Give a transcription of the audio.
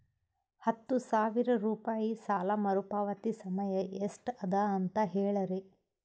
ಹತ್ತು ಸಾವಿರ ರೂಪಾಯಿ ಸಾಲ ಮರುಪಾವತಿ ಸಮಯ ಎಷ್ಟ ಅದ ಅಂತ ಹೇಳರಿ?